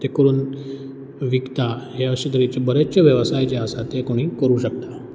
ते करून विकता हे अशें तरेचे बरेतशे वेवसाय जे आसात ते कोणीय करूंक शकता